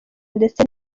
ndetse